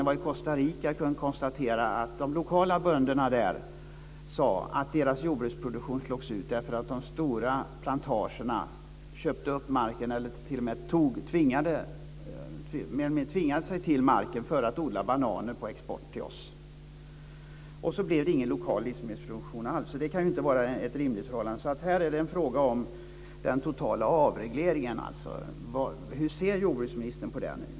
För många år sedan var jag i Costa Rica, och de lokala bönderna där sade att deras jordbruksproduktion slogs ut därför att de stora plantagen köpte upp marken eller mer eller mindre tvingade till sig marken för att odla bananer för export till oss. På det sättet blev det ingen lokal livsmedelsproduktion alls, och det kan ju inte vara ett rimligt förhållande. Här är det alltså fråga om den totala avregleringen. Hur ser jordbruksministern på den?